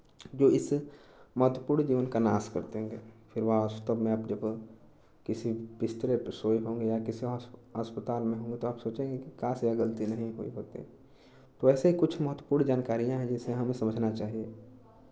जो इस महत्वपूर्ण जीवन का नाश कर देंगे फिर वास्तव में आप जब किसी बिस्तरे पे सोए होंगे या किसी अस्पताल में होंगे तो आप सोचेंगे कि काश यह गलती नहीं हुई होती तो ऐसे ही कुछ महत्वपूर्ण जानकारियाँ हैं जिसे हमें समझना चाहिए